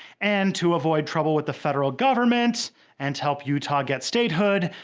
and to avoid trouble with the federal government and to help utah get statehood,